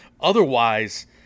Otherwise